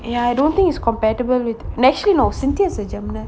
ya I don't think is compatible with naturally you know cynthia's a gemini